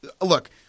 look